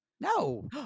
No